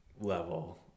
level